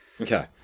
Okay